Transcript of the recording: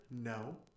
no